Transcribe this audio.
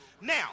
Now